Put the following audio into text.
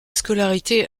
scolarité